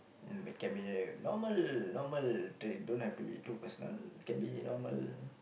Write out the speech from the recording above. mm it can be normal normal trait don't have to be too personal can be normal